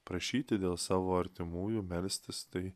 prašyti dėl savo artimųjų melstis tai